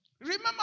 Remember